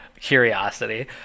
curiosity